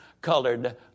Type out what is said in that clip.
colored